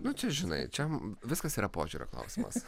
nu čia žinai čia viskas yra požiūrio klausimas